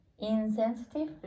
Insensitive